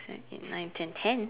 seven eight nine ten ten